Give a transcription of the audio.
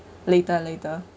later later